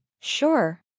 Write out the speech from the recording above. Sure